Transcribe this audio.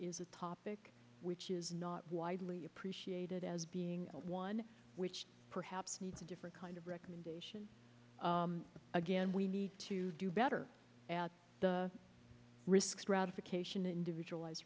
is a topic which is not widely appreciated as being one which perhaps needs a different kind of recommendation but again we need to do better at risk stratification individualized